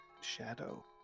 shadow